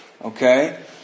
Okay